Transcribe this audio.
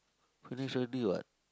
finish already what